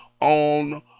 on